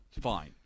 fine